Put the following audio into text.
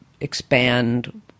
expand